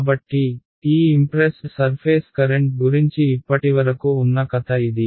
కాబట్టి ఈ impressed surface current గురించి ఇప్పటివరకు ఉన్న కథ ఇది